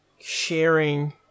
sharing